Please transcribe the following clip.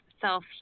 self